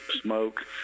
smoke